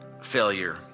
failure